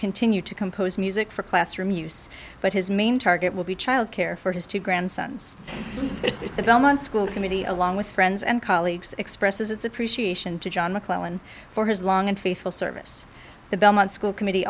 continue to compose music for classroom use but his main target will be child care for his two grandsons and the belmont school committee along with friends and colleagues expresses its appreciation to john mcclelland for his long and faithful service the belmont school committee